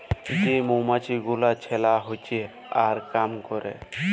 যে মমাছি গুলা ছেলা হচ্যে আর কাম ক্যরে